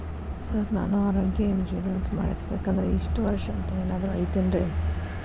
Sir ನಾನು ಆರೋಗ್ಯ insurance ಮಾಡಿಸ್ಬೇಕಂದ್ರೆ ಇಷ್ಟ ವರ್ಷ ಅಂಥ ಏನಾದ್ರು ಐತೇನ್ರೇ?